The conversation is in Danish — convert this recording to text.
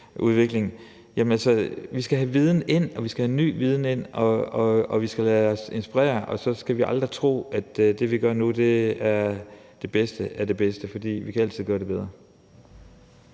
demokratiudvikling. Vi skal have viden ind og ny viden ind, og vi skal lade os inspirere, og så skal vi aldrig tro, at det, vi gør nu, er det bedste af det bedste, for vi kan altid gøre det bedre.